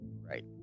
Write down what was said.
right